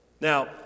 now